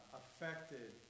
affected